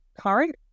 current